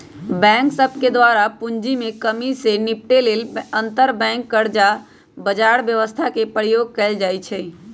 bank सभके द्वारा पूंजी में कम्मि से निपटे लेल अंतरबैंक कर्जा बजार व्यवस्था के प्रयोग कएल जाइ छइ